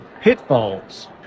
pitfalls